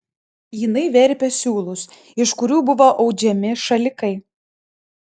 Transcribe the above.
jinai verpė siūlus iš kurių buvo audžiami šalikai